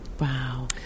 Wow